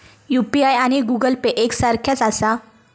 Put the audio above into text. UPI आणि Google Pay एक सारख्याच आसा?